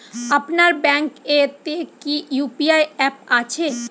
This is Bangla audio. আপনার ব্যাঙ্ক এ তে কি ইউ.পি.আই অ্যাপ আছে?